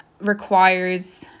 requires